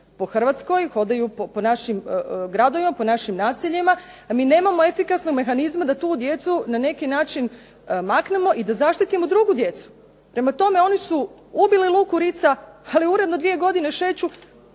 po Hrvatskoj, hodaju po našim gradovima, po našim naseljima, a mi nemamo efikasnog mehanizma da tu djecu na neki način maknemo i da zaštitimo drugu djecu. Prema tome, oni su ubili Luku Ritza, ali uredno dvije godine šeću,